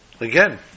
again